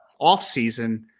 offseason